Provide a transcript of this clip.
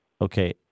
okay